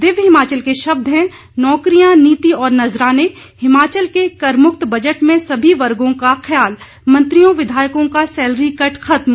दिव्य हिमाचल के शब्द हैं नौकरियां नीति और नज़राने हिमाचल के कर मुक्त बजट में सभी वर्गो का ख्याल मंत्रियों विधायकों का सैलरी कट खत्म